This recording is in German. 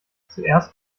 zuerst